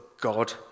God